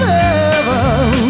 heaven